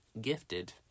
Gifted